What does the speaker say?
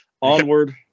Onward